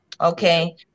okay